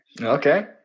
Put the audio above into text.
Okay